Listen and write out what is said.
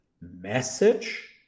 message